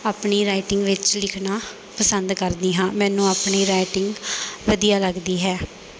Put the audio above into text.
ਆਪਣੀ ਰਾਈਟਿੰਗ ਵਿੱਚ ਲਿਖਣਾ ਪਸੰਦ ਕਰਦੀ ਹਾਂ ਮੈਨੂੰ ਆਪਣੀ ਰਾਈਟਿੰਗ ਵਧੀਆ ਲੱਗਦੀ ਹੈ